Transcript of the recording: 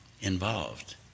involved